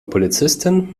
polizistin